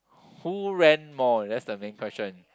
who ran more that's the main question